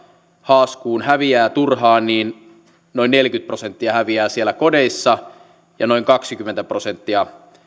haaskuuseen häviää turhaan noin neljäkymmentä prosenttia häviää siellä kodeissa ja noin kaksikymmentä prosenttia